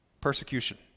Persecution